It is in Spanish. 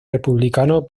republicano